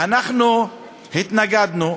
אנחנו התנגדנו.